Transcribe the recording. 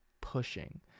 pushing